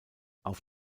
auf